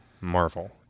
MARVEL